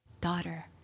Daughter